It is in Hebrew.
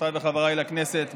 חברותיי וחבריי לכנסת,